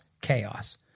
Chaos